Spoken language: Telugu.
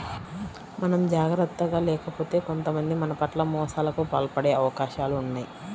మనం జాగర్తగా లేకపోతే కొంతమంది మన పట్ల మోసాలకు పాల్పడే అవకాశాలు ఉన్నయ్